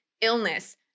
illness